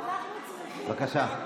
בבקשה.